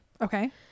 Okay